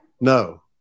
No